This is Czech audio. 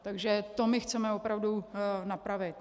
Takže to my chceme opravdu napravit.